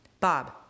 Bob